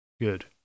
good